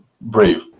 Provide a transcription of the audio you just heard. Brave